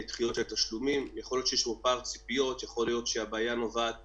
בתחילת המשבר הוציא החשב הכללי שורת הנחיות וגם דיווח על זה פה בוועדה,